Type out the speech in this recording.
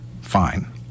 fine